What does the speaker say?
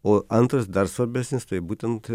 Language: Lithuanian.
o antras dar svarbesnis tai būtent